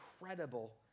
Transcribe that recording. incredible